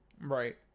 right